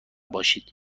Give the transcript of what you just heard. باشی